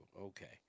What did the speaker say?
Okay